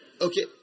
Okay